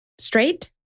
Straight